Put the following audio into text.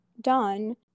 done